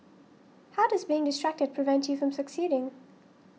how does being distracted prevent you from succeeding